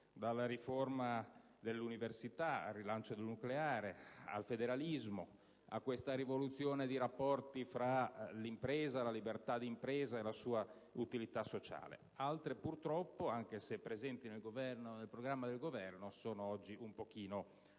dalla riforma dell'università, al rilancio del nucleare, al federalismo, alla rivoluzione dei rapporti tra l'impresa, la libertà di impresa e la sua utilità sociale. Altre purtroppo, anche se presenti nel programma del Governo, sono oggi un po' al